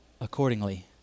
accordingly